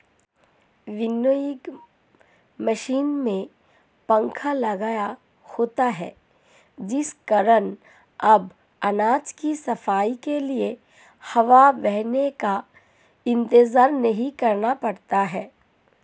winnowing machine में पंखा लगा होता है जिस कारण अब अनाज की सफाई के लिए हवा बहने का इंतजार नहीं करना पड़ता है